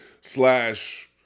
slash